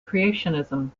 creationism